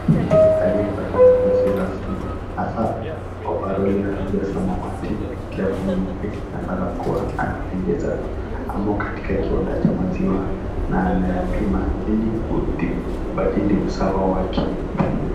Kike aliyevalia mavazi rasmi hasa ovaroli ya rangi ya samawati, glavu nyeupe na barakoa anapendeza, amo katika kiwanda cha maziwa na anayapima ili kubadili usawa wake.